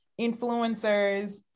influencers